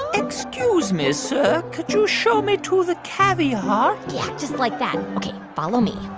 excuse me, sir. could you show me to the caviar? yeah, just like that. ok, follow me.